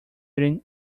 building